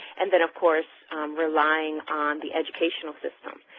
and then of course relying on the educational system.